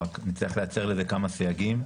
נצטרך לייצר לזה כמה סייגים.